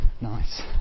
Nice